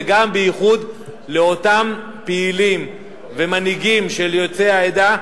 ובייחוד לאותם פעילים ומנהיגים יוצאי העדה,